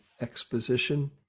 exposition